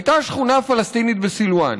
הייתה שכונה פלסטינית בסילוואן,